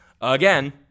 Again